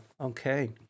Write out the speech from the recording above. Okay